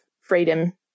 freedom